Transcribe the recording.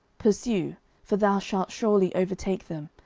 pursue for thou shalt surely overtake them,